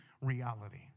reality